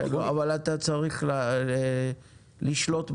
אבל אתה צריך לשלוט בסיטואציה,